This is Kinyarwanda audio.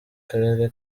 karere